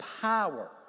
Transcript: power